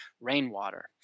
rainwater